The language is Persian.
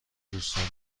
دوستانه